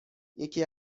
یکی